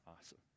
Awesome